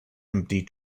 empty